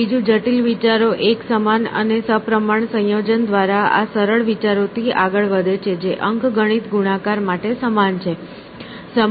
અને બીજું જટિલ વિચારો એક સમાન અને સપ્રમાણ સંયોજન દ્વારા આ સરળ વિચારોથી આગળ વધે છે જે અંકગણિત ગુણાકાર માટે સમાન છે